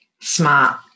smart